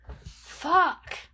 Fuck